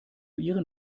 ihren